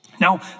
Now